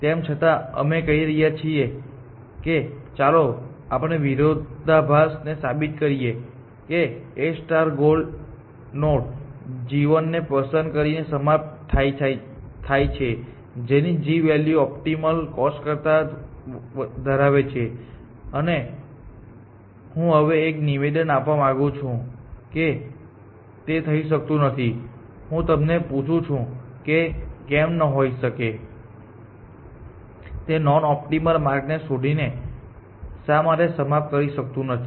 તેમ છતાં અમે કહી રહ્યા છીએ કે ચાલો આપણે વિરોધાભાસ ને સાબિત કરીએ કે A ગોલ નોડ g1 ને પસંદ કરીને સમાપ્ત થાય છે જેની g વૅલ્યુ ઓપ્ટિમલ કોસ્ટ કરતા ધરાવે છે અને હું હવે એક નિવેદન આપવા માંગુ છું કે તે થઈ શકતું નથી હું તમને પૂછું છું તે કેમ ન થઈ શકે તે નોન ઓપ્ટિમલ માર્ગ શોધીને શા માટે સમાપ્ત કરી શકતું નથી